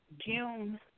June